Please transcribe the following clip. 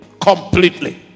completely